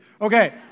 Okay